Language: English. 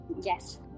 Yes